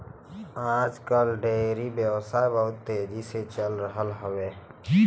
आज कल डेयरी व्यवसाय बहुत तेजी से चल रहल हौवे